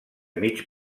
mig